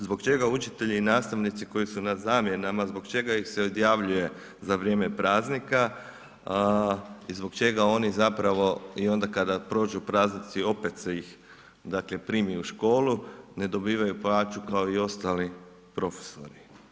Zbog čega učitelji i nastavnici koji su na zamjenama, zbog čega ih se odjavljuje za vrijeme praznika a i zbog čega oni zapravo i onda kada prođu praznici, opet se ih dakle primi u školu, dobivaju plaću kao i ostali profesori?